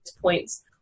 points